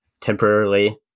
temporarily